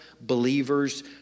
believers